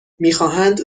میخواهند